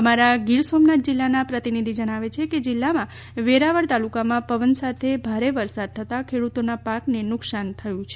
અમારા ગીર સોમનાથ જિલ્લાના પ્રતિનિધિ જણાવે છે કે જિલ્લાનાં વેરાવળ તાલુકામાં પવન સાથે ભારે વરસાદ થતાં ખેડૂતોના પાકને નુકશાન થયું છે